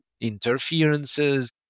interferences